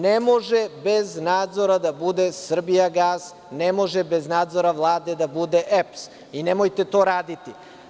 Ne može bez nadzora da bude „Srbijagas“, ne može bez nadzora Vlade da bude EPS i nemojte to raditi.